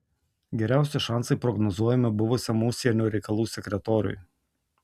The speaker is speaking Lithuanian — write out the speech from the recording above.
geriausi šansai prognozuojami buvusiam užsienio reikalų sekretoriui